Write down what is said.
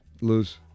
Lose